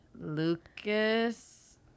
Lucas